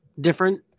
different